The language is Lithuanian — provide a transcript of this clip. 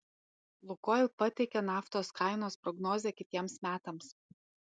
lukoil pateikė naftos kainos prognozę kitiems metams